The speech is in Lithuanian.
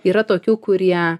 yra tokių kurie